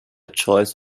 choice